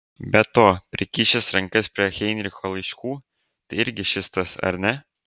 be to prikišęs rankas prie heinricho laiškų tai irgi šis tas ar ne